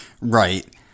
Right